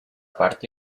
parte